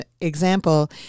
example